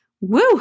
Woo